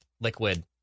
liquid